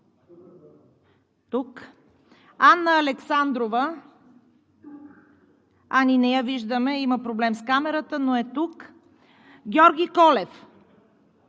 Анна Александрова не я виждаме, има проблем с камерата, но е тук. Георги Колев?